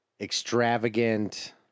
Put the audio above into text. extravagant